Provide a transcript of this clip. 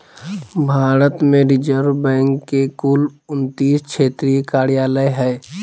भारत में reserve bank के कुल उन्तीस क्षेत्रीय कार्यालय हइ